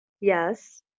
Yes